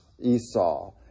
Esau